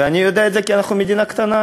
ואני יודע את זה, כי אנחנו מדינה קטנה.